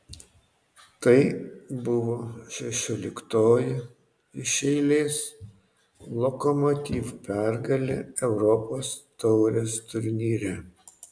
tai buvo šešioliktoji iš eilės lokomotiv pergalė europos taurės turnyre